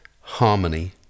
harmony